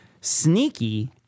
Sneaky